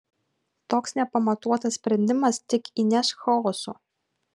toks nepamatuotas sprendimas tik įneš chaoso